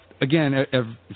again